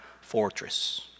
fortress